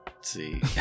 see